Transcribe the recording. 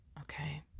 Okay